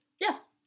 Yes